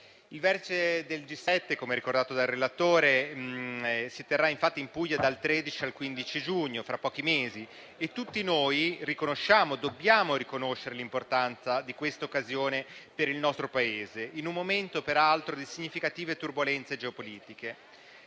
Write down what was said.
Il Vertice del G7 - come ricordato dal relatore - si terrà in Puglia dal 13 al 15 giugno, tra pochi mesi, e tutti noi dobbiamo riconoscere l'importanza di questa occasione per il nostro Paese, peraltro in un momento di significative turbolenze geopolitiche.